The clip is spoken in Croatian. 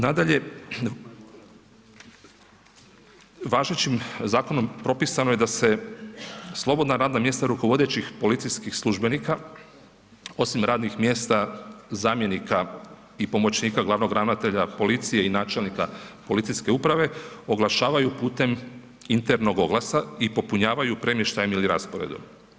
Nadalje, važećim zakonom propisano je da se slobodna radna mjesta rukovodećih policijskih službenika osim radnih mjesta zamjenika i pomoćnika glavnog ravnatelja policije i načelnika policijske uprave oglašavaju putem internog oglasa i popunjavaju premještajem ili rasporedom.